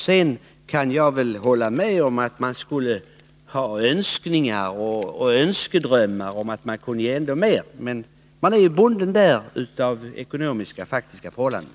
Sedan kan jag hålla med om att man skulle önska att man kunde ge ännu mer, men man är där bunden av faktiska ekonomiska förhållanden.